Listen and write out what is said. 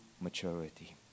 maturity